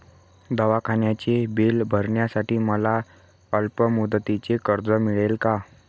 दवाखान्याचे बिल भरण्यासाठी मला अल्पमुदतीचे कर्ज मिळेल का?